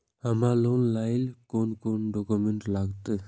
हमरा लोन लाइले कोन कोन डॉक्यूमेंट लागत?